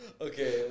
Okay